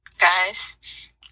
guys